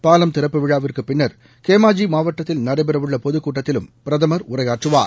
பாலம் திறப்பு விழாவிற்கு பின்னர் கேமாஜி மாவட்டத்தில் நடைபெறவுள்ள பொதுக்கூட்டத்திலும் பிரதமர் உரையாற்றுவார்